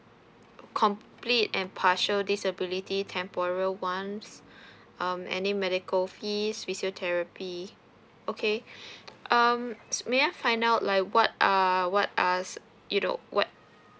complete and partial disability temporal ones um any medical fees physiotherapy okay um s~ may I find out like what are what are s~ you know what